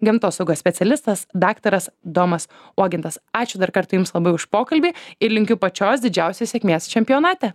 gamtosaugos specialistas daktaras domas uogintas ačiū dar kartą jums labai už pokalbį ir linkiu pačios didžiausios sėkmės čempionate